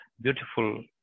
beautiful